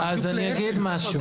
אז אני אגיד משהו.